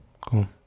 Cool